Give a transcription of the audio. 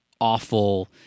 awful –